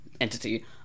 entity